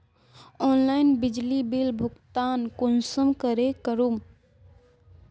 Online बिजली bill भुगतान कुंसम करे करूम?